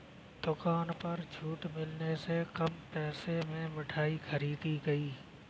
दुकान पर छूट मिलने से कम पैसे में मिठाई खरीदी गई